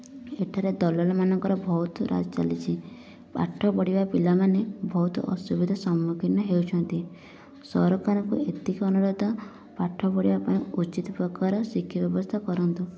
ଏଠାରେ ଦଲାଲମାନଙ୍କର ବହୁତ ରାଜ ଚାଲିଛି ପାଠ ପଢ଼ିବା ପିଲାମାନେ ବହୁତ ଅସୁବିଧା ସମ୍ମୁଖୀନ ହେଉଛନ୍ତି ସରକାରଙ୍କୁ ଏତିକି ଅନୁରୋଧ ପାଠ ପଢ଼ିବା ପାଇଁ ଉଚିତ ପ୍ରକାର ଶିକ୍ଷା ବ୍ୟବସ୍ଥା କରନ୍ତୁ